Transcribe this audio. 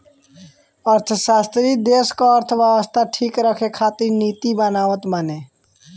अर्थशास्त्री देस कअ अर्थव्यवस्था ठीक रखे खातिर नीति बनावत बाने